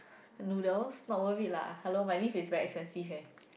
noodles not worth it lah hello my leave is very expensive leh